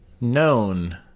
known